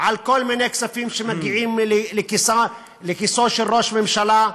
על כל מיני כספים שמגיעים לכיסו של ראש ממשלה,